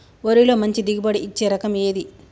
వరిలో మంచి దిగుబడి ఇచ్చే రకం ఏది?